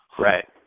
Right